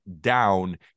down